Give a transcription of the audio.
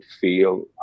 feel